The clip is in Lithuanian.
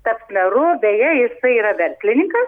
taps meru beje jis yra verslininkas